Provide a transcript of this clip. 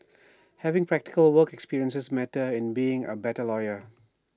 having practical work experience matters in being A better lawyer